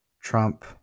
Trump